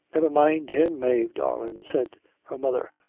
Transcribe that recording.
never mind him, mave darlin', said her mother,